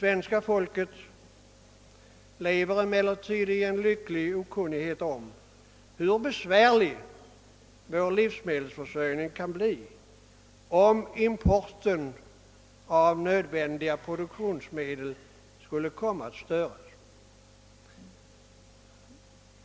Svenska folket lever emellertid i lycklig okunnighet om hur besvärlig vår livsmedelsförsörjning kan bli om importen av nödvändiga produktionsmedel skulle komma att störas.